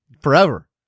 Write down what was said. forever